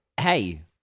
Hey